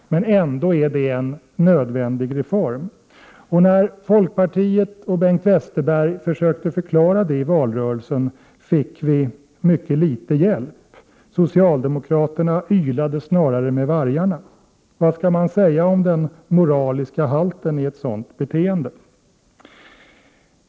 Ändå är det en nödvändig SZ AA, Ferökia När folkpartiet och Bengt Westerberg försökte förklara det : Allmänpolitisk debatt valrörelsen fick vi mycket liten hjälp. Socialdemokraterna ylade snarare med ; Ekonomi vargarna. Vad skall man säga om den moraliska halten i ett sådant beteende?